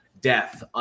death